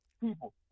people